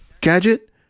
gadget